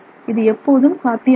இது எப்போதும் சாத்தியமாகும்